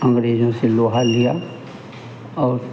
अंग्रेज़ों से लोहा लिया और